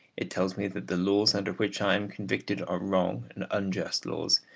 it tells me that the laws under which i am convicted are wrong and unjust laws,